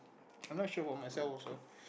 I'm not sure about myself also